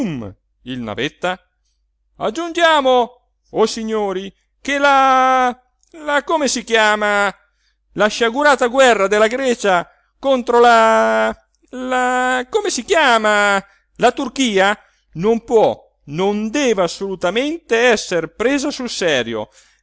il navetta aggiungiamo o signori che la la come si chiama la sciagurata guerra della grecia contro la la come si chiama la turchia non può non deve assolutamente esser presa sul serio